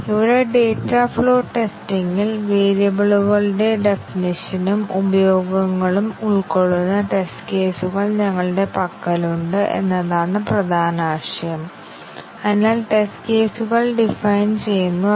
അതിനാൽ ഇത് എല്ലാ പാത്ത് ടെസ്റ്റിംഗുകളും പോലെ ടെസ്റ്റിംഗിലൂടെ ഏതാണ്ട് എഡ്ജ് കൈവരിക്കും പക്ഷേ കൈകാര്യം ചെയ്യാവുന്ന എണ്ണം ടെസ്റ്റ് കേസുകൾ ആവശ്യമാണ്